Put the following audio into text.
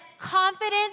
confidence